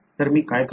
तर मी काय करू